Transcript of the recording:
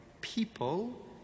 people